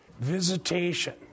Visitation